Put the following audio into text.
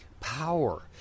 power